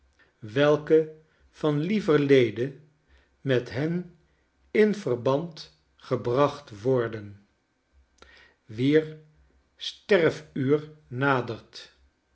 welke van lieverlede met hen in verband gebracht worden wier sterfuur nadert